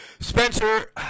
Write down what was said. Spencer